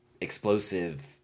explosive